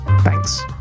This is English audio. Thanks